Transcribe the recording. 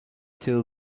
till